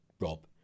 Rob